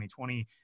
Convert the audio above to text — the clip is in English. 2020